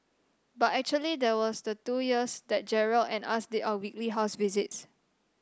but actually there was the two years that Gerald and us did our weekly house visits